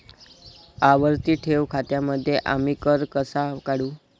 आवर्ती ठेव खात्यांमध्ये आम्ही कर कसा काढू?